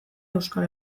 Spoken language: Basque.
euskal